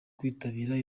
kwitabira